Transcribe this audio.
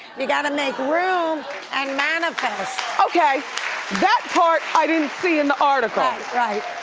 you gotta make room and manifest. okay that part i didn't see in the article. ah right,